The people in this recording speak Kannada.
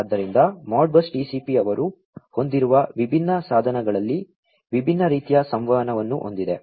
ಆದ್ದರಿಂದ ModBus TCP ಅವರು ಹೊಂದಿರುವ ವಿಭಿನ್ನ ಸಾಧನಗಳಲ್ಲಿ ವಿಭಿನ್ನ ರೀತಿಯ ಸಂವಹನವನ್ನು ಹೊಂದಿದೆ